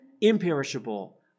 imperishable